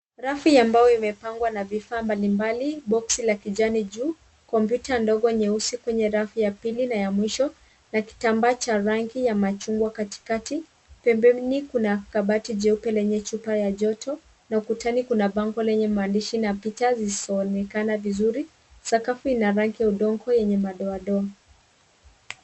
Rafu ya mbao imepangwa na vifaa mbalimbali, boksi la kijani juu, kompyuta ndogo nyeusi kwenye rafu ya pili na ya mwisho usiku na rafu ya mwisho na kitambaa cha rangi ya machungwa katikati. Pembeni kuna kabati jeupe lenye chupa ya joto na ukutani kuna bango la maandishi na picha zisizoonekana vizuri. Sakafu ni ya rangi ya udongo yenye madoadoa.